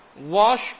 wash